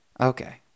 Okay